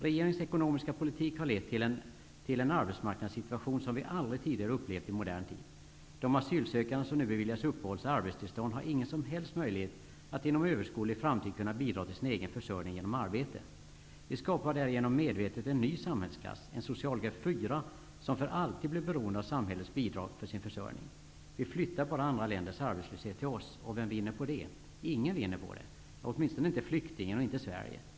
Regeringens ekonomiska politik har lett till en arbetsmarknadssituation som vi aldrig tidigare upplevt i modern tid. De asylsökande som nu be viljas uppehålls och arbetstillstånd har ingen som helst möjlighet att inom överskådlig framtid kunna bidra till sin egen försörjning genom ar bete. Vi skapar därigenom medvetet en ny sam hällsklass -- en socialgrupp 4 -- som för alltid blir beroende av samhällets bidrag för sin försörjning. Vi flyttar bara andra länders arbetslöshet till oss. Vem vinner på det? Ingen vinner på det. Åtmin stone inte flyktingen -- inte Sverige.